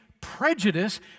prejudice